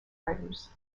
writers